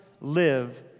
live